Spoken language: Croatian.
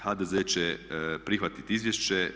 HDZ će prihvatiti izvješće.